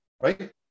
right